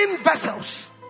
vessels